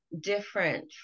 different